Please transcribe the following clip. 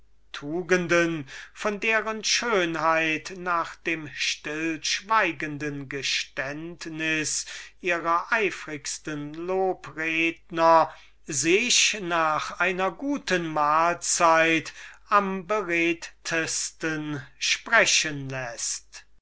tugenden von deren schönheit nach dem stillschweigenden geständnis ihrer eifrigsten lobredner sich nach einer guten mahlzeit am beredtesten sprechen läßt